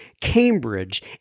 Cambridge